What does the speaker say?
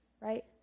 right